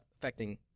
affecting